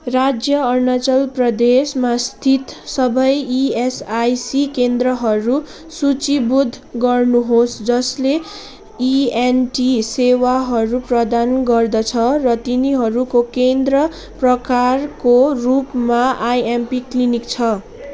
राज्य अरुणाचल प्रदेशमा स्थित सबै इएसआइसी केन्द्रहरू सूचीबद्ध गर्नुहोस् जसले इएनटी सेवाहरू प्रदान गर्दछ र तिनीहरूको केन्द्र प्रकारको रूपमा आइएमपी क्लिनिक छ